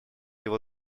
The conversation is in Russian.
его